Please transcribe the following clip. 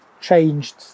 changed